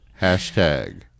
hashtag